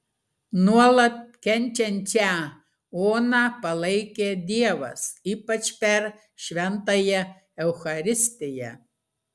nuolat kenčiančią oną palaikė dievas ypač per šventąją eucharistiją